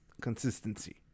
consistency